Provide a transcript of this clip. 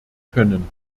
können